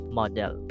model